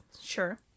Sure